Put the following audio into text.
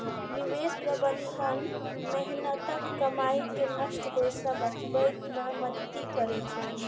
निवेश प्रबंधन मेहनतक कमाई कें नष्ट होइ सं बचबै मे मदति करै छै